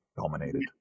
dominated